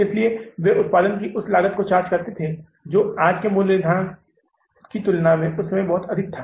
इसलिए वे उत्पादन की उसी लागत को चार्ज करते थे जो आज के मूल्य निर्धारण की तुलना में उस समय बहुत अधिक था